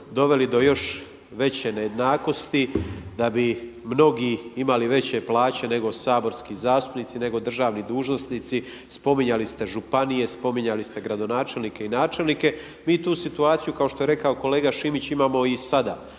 doveli do još veće nejednakosti, da bi mnogi imali veće plaće nego saborski zastupnici, nego državni dužnosnici. Spominjali ste županije, spominjali ste gradonačelnike i načelnike. Mi tu situaciju kao što je rekao kolega Šimić imamo i sada.